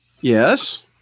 Yes